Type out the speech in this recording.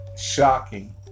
Shocking